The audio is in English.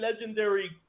legendary